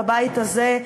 בבית הזה,